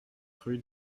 rue